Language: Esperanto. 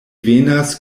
venas